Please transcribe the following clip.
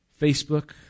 Facebook